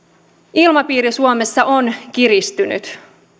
ilmapiiri suomessa on kiristynyt